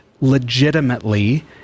legitimately